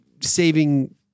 saving